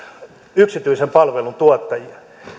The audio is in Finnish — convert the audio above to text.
yksityisen palvelun tuottajia